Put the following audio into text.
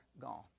gone